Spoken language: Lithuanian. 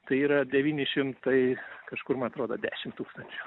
tai yra devyni šimtai kažkur ma atrodo dešim tūkstančių